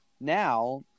now